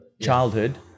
childhood